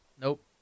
Nope